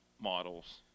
models